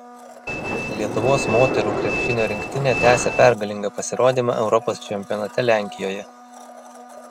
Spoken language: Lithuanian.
lietuvos moterų krepšinio rinktinė tęsia pergalingą pasirodymą europos čempionate lenkijoje